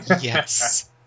Yes